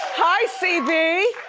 hi cb.